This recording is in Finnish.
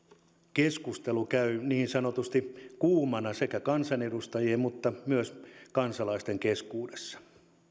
keskustelu käy niin sanotusti kuumana sekä kansanedustajien että myös kansalaisten keskuudessa